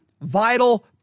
vital